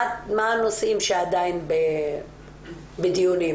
מה הנושאים שעדין בדיונים